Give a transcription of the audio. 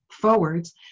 forwards